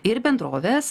ir bendrovės